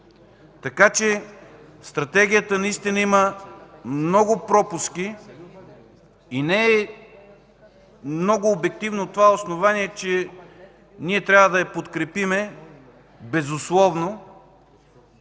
проблем. Стратегията наистина има много пропуски и не е много обективно това основание, че ние трябва да я подкрепим безусловно,